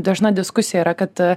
dažna diskusija yra kad